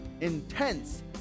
intense